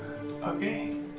Okay